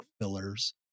fillers